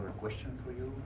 question for you. in